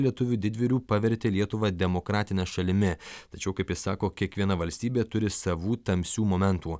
lietuvių didvyrių pavertė lietuvą demokratine šalimi tačiau kaip ji sako kiekviena valstybė turi savų tamsių momentų